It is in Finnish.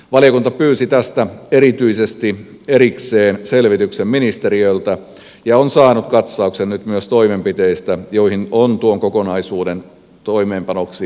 valiokunta pyysi tästä erityisesti erikseen selvityksen ministeriöltä ja on saanut nyt myös katsauksen toimenpiteistä joihin on tuon kokonaisuuden toimeenpanoksi ryhdytty